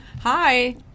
Hi